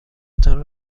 تان